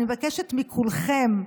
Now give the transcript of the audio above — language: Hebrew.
ואני מבקשת מכולכם,